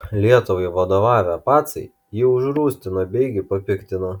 lietuvai vadovavę pacai jį užrūstino beigi papiktino